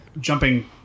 jumping